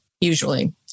usually